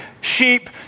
sheep